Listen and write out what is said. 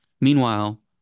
meanwhile